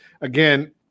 Again